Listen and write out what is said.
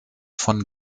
von